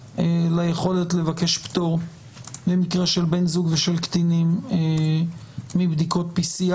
ליכולת לבקש פטור במקרה של בן זוג ושל קטינים מבדיקת PCR,